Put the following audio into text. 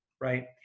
right